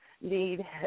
need